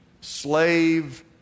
slave